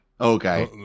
Okay